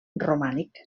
romànic